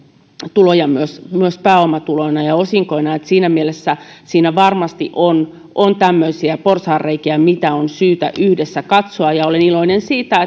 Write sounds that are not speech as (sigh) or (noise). tuloja myös myös pääomatuloina ja osinkoina siinä mielessä siinä varmasti on on tämmöisiä porsaanreikiä joita on syytä yhdessä katsoa ja olen iloinen siitä (unintelligible)